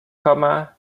herr